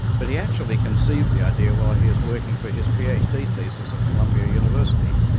but he actually conceived the idea while he was working for his ph. d. thesis at columbia university.